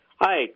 Hi